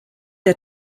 der